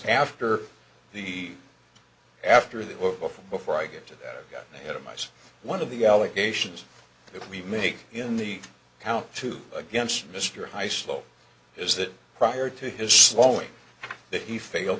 after the after the before i get to that at most one of the allegations that we make in the house to against mr high slow is that prior to his slowing that he failed